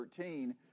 13